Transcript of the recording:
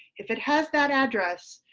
if it has that address,